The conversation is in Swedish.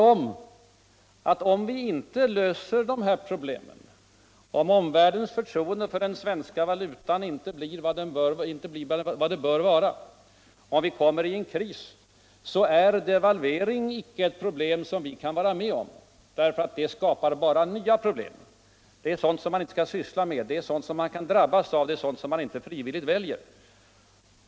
Om vi inte löser det här problemet, om omvärldens förtroende för den svenska valutan inte blir vad det bör vara, om vi kommer i en kris, så är devalvering icke en lösning som vi kan vara med om därför alt en sådan bara skapar nya problem. Detta är inte någonting som man frivilligt väljer, utan det är sådant som man drabbas av.